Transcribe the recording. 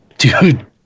dude